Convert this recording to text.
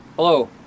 Hello